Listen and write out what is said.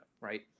right